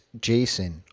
Jason